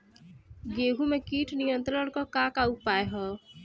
गेहूँ में कीट नियंत्रण क का का उपाय ह?